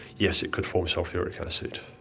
yes, it could form sulphuric acid,